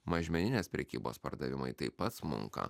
mažmeninės prekybos pardavimai taip pat smunka